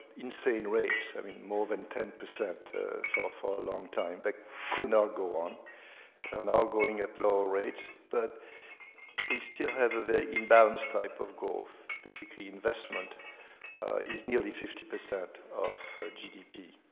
insane rates, i mean more than ten percent for for a long time. that could not go on. they're now going at lower rates. but they still have a very imbalanced type of growth basically investment is nearly fifty percent of gdp,